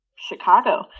Chicago